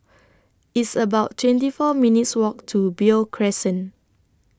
It's about twenty four minutes' Walk to Beo Crescent